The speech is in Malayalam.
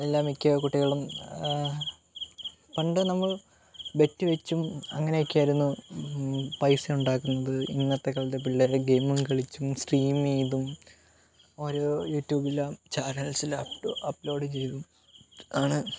എല്ലാ മിക്ക കുട്ടികളും പണ്ട് നമ്മൾ ബെറ്റ് വച്ചും അങ്ങനെയൊക്കെ ആയിരുന്നു പൈസ ഉണ്ടാക്കുന്നത് ഇന്നത്തെ കാലത്ത് പിള്ളേര് ഗെയിം കളിച്ചും സ്ട്രീം ചെയ്തു ഓരോ യൂട്യൂബിലോ ചാനൽസിലോ അപ്ലോ അപ്ലോഡ് ചെയ്തു ആണ്